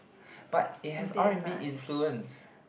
but it has R and B influence